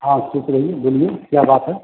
हाँ खुश रहिए बोलिए क्या बात है